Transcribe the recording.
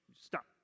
Stop